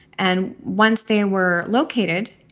and once they were located,